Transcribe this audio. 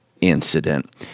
incident